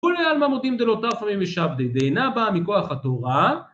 כולי עלמא מודים דלא טפלי ומשעבדי דאינה בא מכוח התורה.